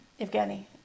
Evgeny